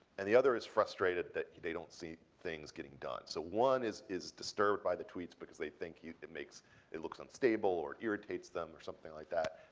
and the other is frustrated that they don't see things getting done. so one is is disturbed by the tweets because they think he it makes it looks unstable, or irritates them, or something like that.